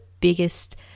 biggest